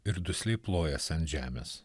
ir dusliai plojasi ant žemės